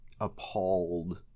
appalled